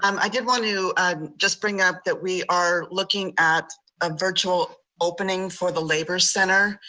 um i did want to ah just bring up that we are looking at a virtual opening for the labor center.